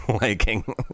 liking